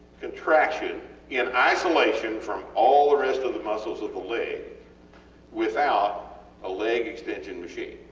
contraction in isolation from all the rest of the muscles of the leg without a leg extension machine?